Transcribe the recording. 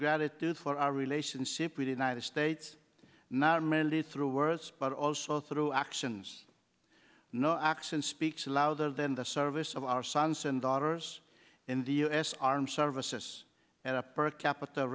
gratitude for our relationship with the united states not merely through words but also through actions no action speaks louder than the service of our sons and daughters in the u s armed services and a per capita